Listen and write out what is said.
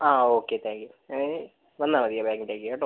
uh okay thank you വന്നാ മതി ബാങ്കിലേക് കേട്ടൊ